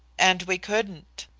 and we couldn't.